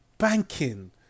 Banking